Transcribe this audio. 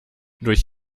durch